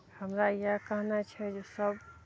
हमरा इएह कहनाइ छै जे सब